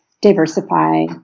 diversify